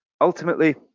Ultimately